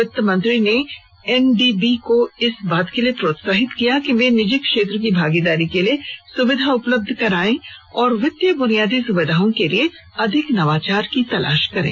वित्तनमंत्री ने एनडीबी को इस बात के लिए प्रोत्साहित किया कि वे निजी क्षेत्र की भागीदारी के लिए सुविधा उपलब्ध कराएं और वित्तीय बुनियादी सुविधाओं के लिए अधिक नवाचार की तलाश करें